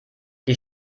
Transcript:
die